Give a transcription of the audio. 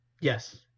Yes